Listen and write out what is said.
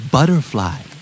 Butterfly